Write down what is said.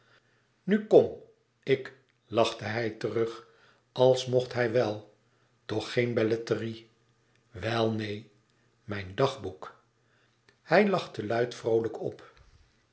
nu kom ik lachte hij terug als mocht hij wel toch geen belletrie wel neen mijn dagboek hij lachte luid vroolijk op